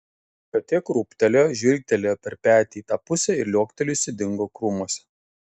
katė krūptelėjo žvilgterėjo per petį į tą pusę ir liuoktelėjusi dingo krūmuose